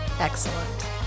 Excellent